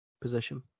position